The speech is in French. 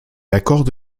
accorde